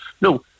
No